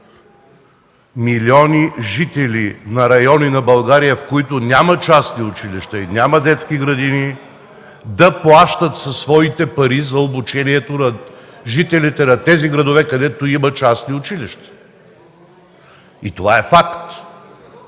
милиони жители в райони на България, в които няма частни училища и детски градини, да плащат със своите пари за обучението на жителите на тези градове, където има частни училища! И това е факт!